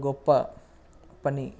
గొప్ప పని